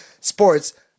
Sports